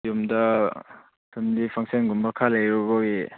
ꯌꯨꯝꯗ ꯐꯦꯃꯤꯂꯤ ꯐꯪꯁꯟꯒꯨꯝꯕ ꯈꯔ ꯂꯩꯔꯨꯕꯒꯤ